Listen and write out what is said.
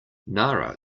nara